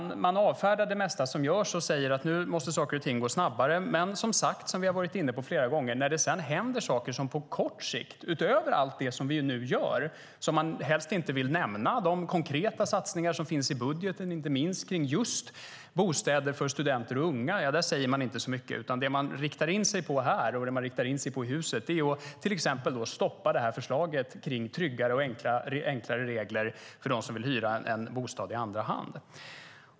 Man avfärdar det mesta som görs och säger att nu måste saker och ting gå snabbare. Men om allt det som vi nu gör och som man helst inte vill nämna - de konkreta satsningarna i budgeten inte minst på bostäder för studenter och unga - säger man inte så mycket. Det man riktar in sig på är att till exempel stoppa förslaget om tryggare och enklare regler för dem som vill hyra en bostad i andra hand.